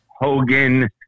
Hogan